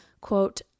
quote